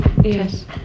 Yes